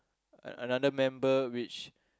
a another member which